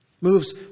Moves